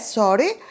sorry